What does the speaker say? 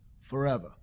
forever